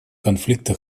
конфликта